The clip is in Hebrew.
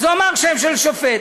אז הוא אמר שם של שופט.